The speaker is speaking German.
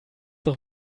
doch